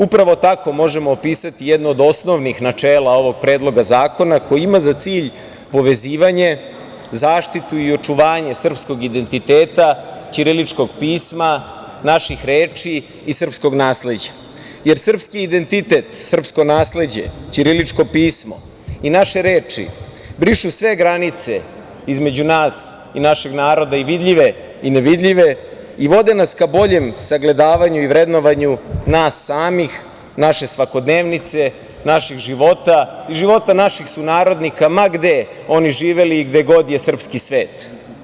Upravo tako možemo opisati jedno od osnovnih načela ovog Predloga zakona, koji ima za cilj povezivanje, zaštitu i očuvanje srpskog identiteta, ćiriličkog pisma, naših reči i srpskog nasleđa, jer srpski identitet, srpsko nasleđe, ćiriličko pismo i naše reči brišu sve granice između nas i našeg naroda i vidljive i nevidljive i vode nas ka boljem sagledavanju i vrednovanju nas samih, naše svakodnevnice, naših života i života naših sunarodnika ma gde oni živeli i gde god je srpski svet.